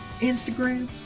Instagram